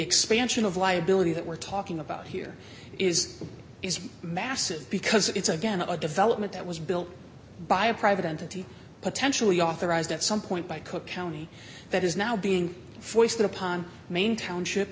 expansion of liability that we're talking about here is is massive because it's again a development that was built by a private entity potentially authorized at some point by cook county that is now being foisted upon main township